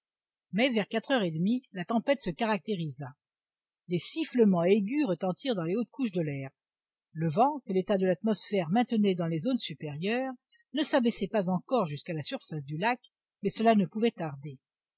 mais vers quatre heures et demie la tempête se caractérisa des sifflements aigus retentirent dans les hautes couches de l'air le vent que l'état de l'atmosphère maintenait dans les zones supérieures ne s'abaissait pas encore jusqu'à la surface du lac mais cela ne pouvait tarder